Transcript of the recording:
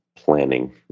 Planning